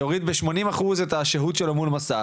יוריד ב-80% את הדהות שלו מול המסך,